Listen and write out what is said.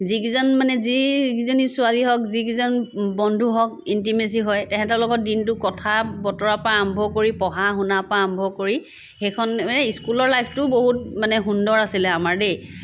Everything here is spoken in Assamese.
যিকেইজন মানে যিকেইজনী ছোৱালী হওক যিকেইজন বন্ধু হওক ইণ্টিমেচি হয় তাহাঁতৰ লগত দিনটো কথা বতৰা পৰা আৰম্ভ কৰি পঢ়া শুনা পৰা আৰম্ভ কৰি সেইখন মানে স্কুলৰ লাইফটোও বহুত মানে সুন্দৰ আছিলে আমাৰ দেই